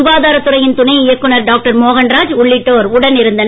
சுகாதாரத் துறையின் துணை இயக்குநர் டாக்டர் மோகன்ராஜ் உள்ளிட்டோர் உடன் இருந்தனர்